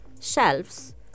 shelves